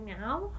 now